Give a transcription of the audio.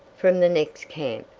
from the next camp,